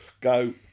Go